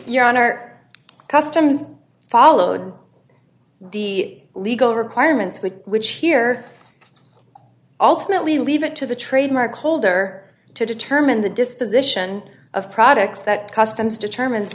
our customs followed the legal requirements with which here ultimately leave it to the trademark holder to determine the disposition of products that customs determines